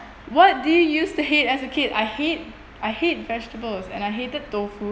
what did you use to hate as a kid I hate I hate vegetables and I hated tofu